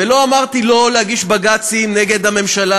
ולא אמרתי לא להגיש בג"צים נגד הממשלה.